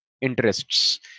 interests